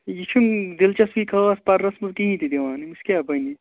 یہِ چھُنہٕ دِلچسپی خاص پرنَس منٛز کِہیٖنٛۍ تہِ دِوان أمِس کیٛاہ بَنہِ